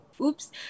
oops